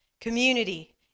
community